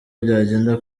byagenda